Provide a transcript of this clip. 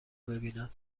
ببینم